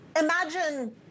imagine